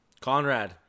Conrad